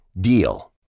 DEAL